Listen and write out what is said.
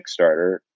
Kickstarter